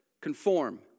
conform